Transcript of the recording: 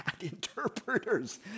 interpreters